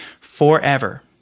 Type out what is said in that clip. forever